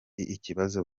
ikibazo